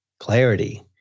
Clarity